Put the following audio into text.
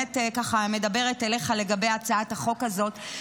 באמת ככה מדברת אליך לגבי הצעת החוק הזאת.